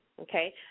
okay